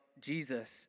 Jesus